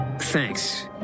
Thanks